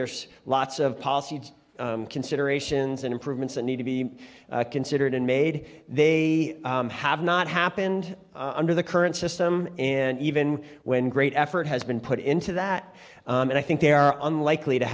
there's lots of policy considerations and improvements that need to be considered and made they have not happened under the current system and even when great effort has been put into that and i think they're on likely to